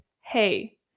hey